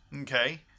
okay